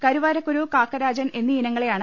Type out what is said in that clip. കരുവാരക്കുരു കാക്കരാജൻ എന്നീ ഇനങ്ങളെയാണ്